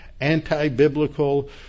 anti-biblical